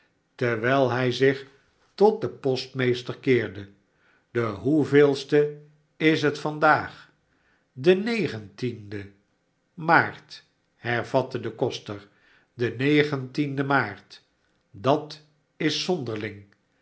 terwijl hij zich tot den postmeester keerde de hoeveelste is het van daag de negentiende maart hervatte de koster sde negentiende maart dat is zonderling